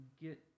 get